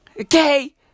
Okay